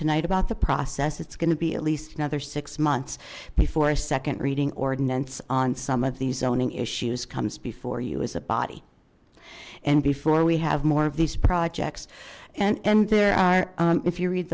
tonight about the process it's going to be at least another six months before a second reading ordinance on some of these zoning issues comes before you as a body and before we have more of these projects and and there are if you read